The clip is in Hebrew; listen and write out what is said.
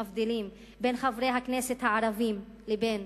מבדילים בין חברי הכנסת הערבים לבין